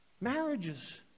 Marriages